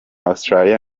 australia